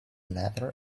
leather